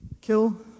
kill